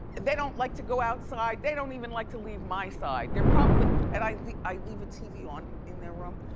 they don't like to go outside, they don't even like to leave my side, they're probably, and i leave i leave a tv on in their room.